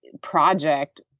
project